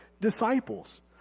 disciples